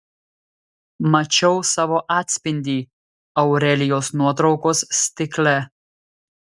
mačiau savo atspindį aurelijos nuotraukos stikle